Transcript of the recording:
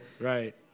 Right